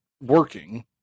working